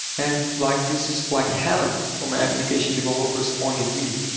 and like this is like heaven from an application developer s point of view.